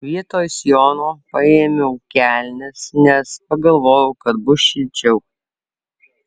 vietoj sijono paėmiau kelnes nes pagalvojau kad bus šilčiau